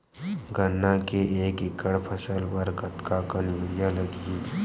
गन्ना के एक एकड़ फसल बर कतका कन यूरिया लगही?